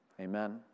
Amen